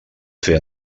fer